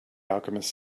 alchemist